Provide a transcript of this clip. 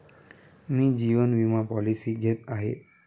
मी जीवन विमा पॉलिसी घेत आहे